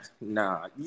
Nah